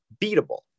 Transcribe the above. beatable